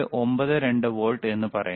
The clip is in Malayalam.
92 വോൾട്ട് എന്നും പറയാം